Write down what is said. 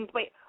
Wait